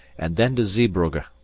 and then to zeebrugge.